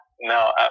no